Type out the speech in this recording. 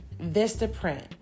Vistaprint